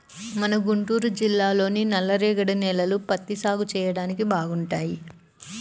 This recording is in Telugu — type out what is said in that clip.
మన గుంటూరు జిల్లాలోని నల్లరేగడి నేలలు పత్తి సాగు చెయ్యడానికి బాగుంటాయి